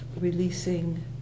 Releasing